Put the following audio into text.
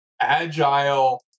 agile